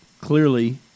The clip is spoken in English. clearly